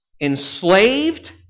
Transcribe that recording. enslaved